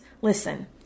Listen